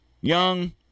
young